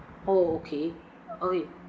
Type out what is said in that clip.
oh okay I